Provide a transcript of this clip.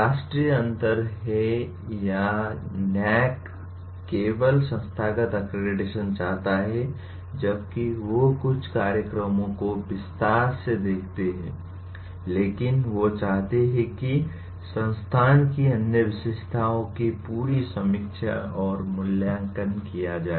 राष्ट्रीय अंतर है या NAAC केवल संस्थागत अक्रेडिटेशन चाहता है जबकि वे कुछ कार्यक्रमों को विस्तार से देखते हैं लेकिन वे चाहते हैं कि संस्थान की अन्य विशेषताओं की पूरी समीक्षा और मूल्यांकन किया जाए